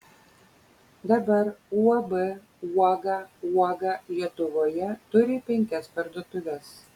dabar uab uoga uoga lietuvoje turi penkias parduotuves